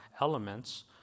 elements